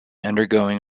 undergoing